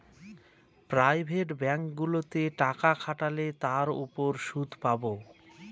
private ব্যাঙ্কগুলোতে টাকা খাটালে তার উপর সুদ পাবো